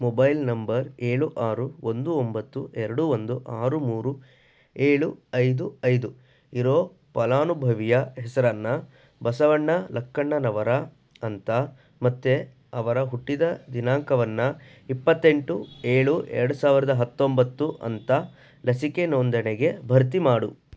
mobile number ಏಳು ಆರು ಒಂದು ಒಂಬತ್ತು ಎರಡು ಒಂದು ಆರು ಮೂರು ಏಳು ಐದು ಐದು ಇರೊ ಫಲಾನುಭವಿಯ ಹೆಸರನ್ನು ಬಸವಣ್ಣ ಲಕ್ಕಣ್ಣನವರ ಅಂತ ಮತ್ತೆ ಅವರ ಹುಟ್ಟಿದ ದಿನಾಂಕವನ್ನು ಇಪ್ಪತ್ತೆಂಟು ಏಳು ಎರಡು ಸಾವಿರ್ದ ಹತ್ತೊಂಬತ್ತು ಅಂತ ಲಸಿಕೆ ನೋಂದಣಿಗೆ ಭರ್ತಿಮಾಡು